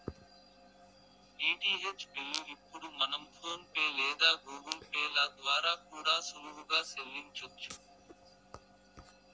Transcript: DTH bill ఇప్పుడు మనం PhonePe లేదా గూగుల్ పే ల ద్వారా కూడా సులువుగా సెల్లించొచ్చు